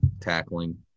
tackling